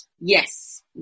Yes